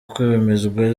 kwemezwa